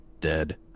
dead